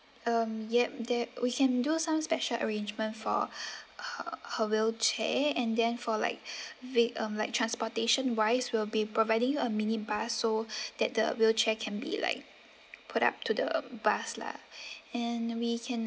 um yup that we can do some special arrangement for her her wheelchair and then for like wait um like transportation wise we'll be providing a mini bus so that the wheelchair can be like put up to the bus lah and we can